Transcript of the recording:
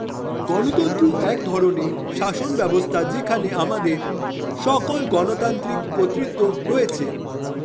গণতন্ত্র এক ধরনের শাসনব্যবস্থা যেখানে আমাদের সকল গণতান্ত্রিক কর্তৃত্ব রয়েছে